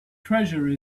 treasure